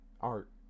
art